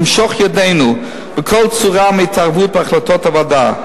למשוך ידנו בכל צורה מהתערבות בהחלטות הוועדה.